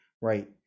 right